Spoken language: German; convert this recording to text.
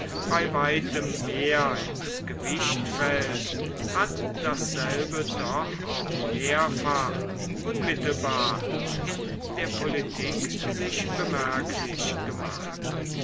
bei weitem mehr ins gewicht fällt hat dasselbe doch auch mehrfach unmittelbar in der politik sich bemerklich gemacht